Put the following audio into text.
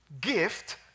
gift